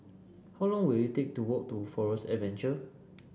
how long will it take to walk to Forest Adventure